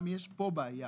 גם יש פה בעיה,